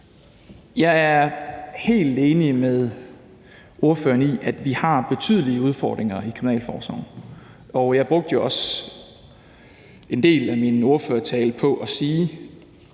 Jeg er helt enig med spørgeren i, at vi har betydelige udfordringer i kriminalforsorgen, og jeg brugte jo også en del af min ordførertale på at sige